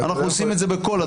אנחנו עושים את זה בכל התחומים.